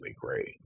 great